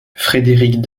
frédéric